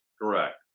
correct